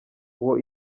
uwo